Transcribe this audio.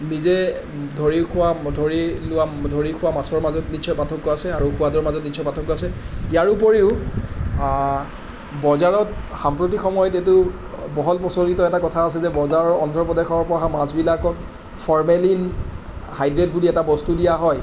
নিজে ধৰি খোৱা ধৰি লোৱা ধৰি খোৱা মাছৰ মাজত নিশ্চয় পাৰ্থক্য আছে আৰু সোৱাদৰ মাজত নিশ্চয় পাৰ্থক্য আছে ইয়াৰোপৰিও বজাৰত সাম্প্ৰতিক সময়ত এইটো বহল প্ৰচলিত এটা কথা আছে যে বজাৰৰ অন্ধ্ৰপ্ৰদেশৰপৰা অহা মাছবিলাকৰ ফৰমেলিন হাইড্ৰেড বুলি এটা বস্তু দিয়া হয়